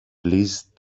please